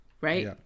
Right